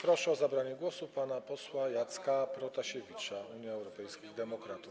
Proszę o zabranie głosu pana posła Jacka Protasiewicza, Unia Europejskich Demokratów.